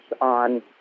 on